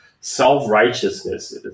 self-righteousness